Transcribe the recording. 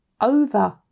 Over